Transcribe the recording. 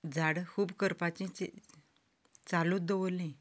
झाडां खूब करपाचीं चालूच दवरलीं